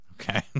Okay